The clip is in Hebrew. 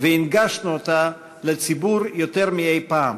והנגשנו אותה לציבור יותר מאי-פעם.